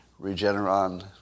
Regeneron